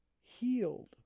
Healed